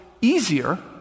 easier